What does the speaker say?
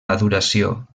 maduració